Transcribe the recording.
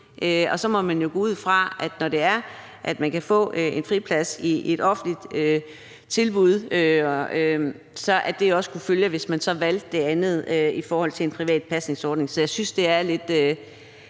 Så må man jo gå ud fra, at når man kunne få en friplads i et offentligt tilbud, så kunne det også følge med, hvis man valgte en privat pasningsordning. Så jeg synes, det er lidt